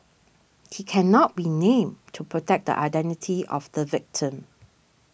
he cannot be named to protect the identity of the victim